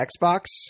Xbox